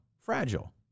fragile